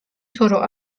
toroq